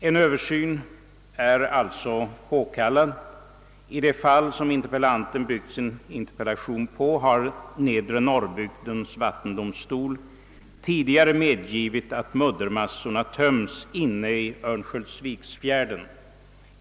En översyn är alltså påkallad. I det fall som interpellanten har byggt sin interpellation på har Nedre Norrbygdens vattendomstol tidigare medgivit att muddermassor får tömmas inne i Örnsköldsviksfjärden.